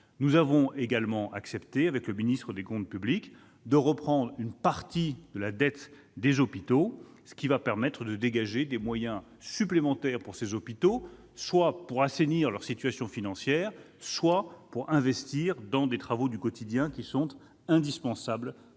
Nous avons également accepté, avec le ministre des comptes publics, de reprendre une partie de la dette des hôpitaux, ce qui va permettre de dégager des moyens supplémentaires pour que les hôpitaux publics puissent, soit assainir leur situation financière, soit investir dans des travaux du quotidien indispensables